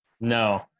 No